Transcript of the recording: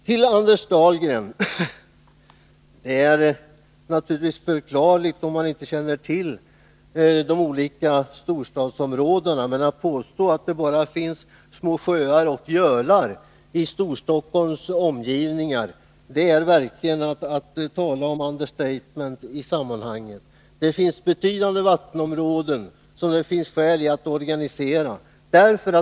Till Anders Dahlgren: Det är naturligtivs förklarligt om Anders Dahlgren inte känner till de olika storstadsområdena, men när han påstår att det i Storstockholms omgivningar bara finns små sjöar och gölar kan man verkligen tala om understatement. Här finns betydande vattenområden, som det är skäl att organisera.